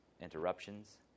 interruptions